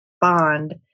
bond